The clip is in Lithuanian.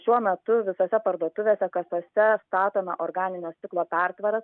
šiuo metu visose parduotuvėse kasose statoma organinio stiklo pertvara